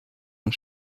und